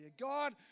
God